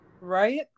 Right